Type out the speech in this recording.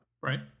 Right